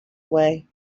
away